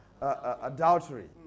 adultery